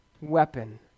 weapon